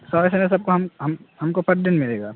سو S M S اب ہم ہم ہم کو پر دن ملے گا